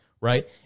right